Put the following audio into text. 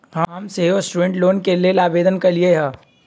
हम सेहो student loan के लेल आवेदन कलियइ ह